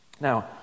Now